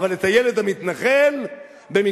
אבל את הילד המתנחל במגרון,